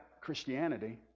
Christianity